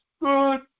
good